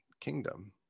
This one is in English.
Kingdom